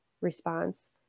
response